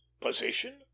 position